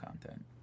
content